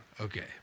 Okay